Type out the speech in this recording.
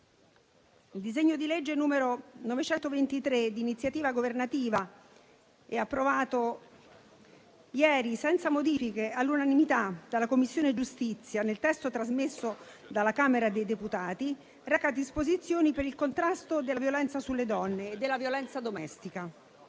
Il disegno di legge n. 923, di iniziativa governativa, e approvato ieri senza modifiche all'unanimità dalla Commissione giustizia nel testo trasmesso dalla Camera dei deputati reca disposizioni per il contrasto della violenza sulle donne e della violenza domestica.